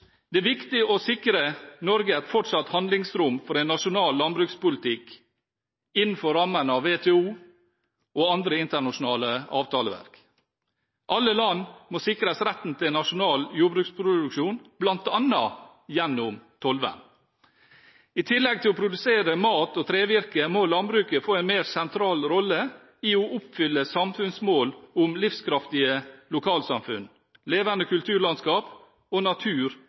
Det er viktig å sikre Norge et fortsatt handlingsrom for en nasjonal landbrukspolitikk innenfor rammen av WTO og andre internasjonale avtaleverk. Alle land må sikres retten til en nasjonal jordbruksproduksjon bl.a. gjennom tollvern. I tillegg til å produsere mat og trevirke må landbruket få en mer sentral rolle i å oppfylle samfunnsmål om livskraftige lokalsamfunn, levende kulturlandskap og natur-